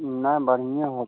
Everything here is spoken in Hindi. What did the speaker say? नहीं बढ़िएँ होगा